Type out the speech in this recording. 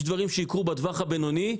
יש דברים שיקרו בטווח הבינוני.